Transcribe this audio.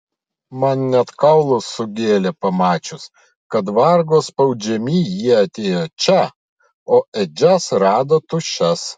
man net kaulus sugėlė pamačius kad vargo spaudžiami jie atėjo čia o ėdžias rado tuščias